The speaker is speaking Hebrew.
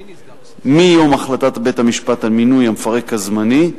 מיום החלטת בית-המשפט על מינוי המפרק הזמני,